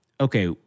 okay